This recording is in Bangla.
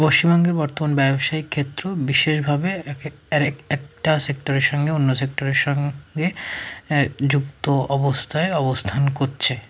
পশ্চিমবঙ্গের বর্তমান ব্যবসায়িক ক্ষেত্র বিশেষভাবে এক এক আরেক একটা সেক্টরের সঙ্গে অন্য সেক্টরের সঙ্গে হ্যাঁ যুক্ত অবস্থায় অবস্থান করছে